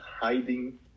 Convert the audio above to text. Hiding